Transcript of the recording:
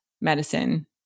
medicine